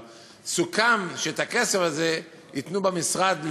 אבל סוכם שאת הכסף הזה ייתנו במשרד לגמלאים.